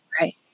Right